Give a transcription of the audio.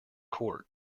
court